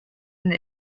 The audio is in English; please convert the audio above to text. and